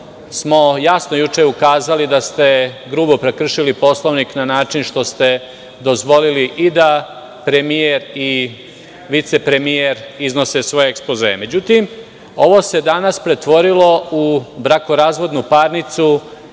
smo juče jasno ukazali da ste grubo prekršili Poslovnik tako što ste dozvolili da i premijer i vicepremijer iznose svoje ekspozee.Međutim, ovo se danas pretvorilo u brakorazvodnu parnicu